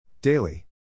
Daily